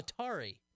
Atari